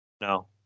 No